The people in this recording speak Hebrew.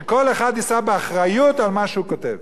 שכל אחד יישא באחריות על מה שהוא כותב.